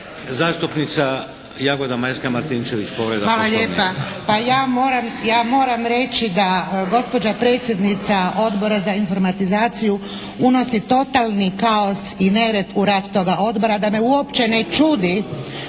Zastupnica Jagoda Majska Martinčević. Povreda